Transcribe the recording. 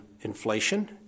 inflation